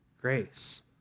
grace